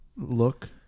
look